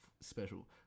special